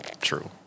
True